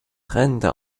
tränende